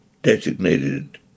designated